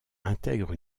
intègre